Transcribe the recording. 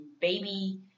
baby